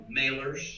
mailers